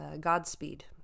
Godspeed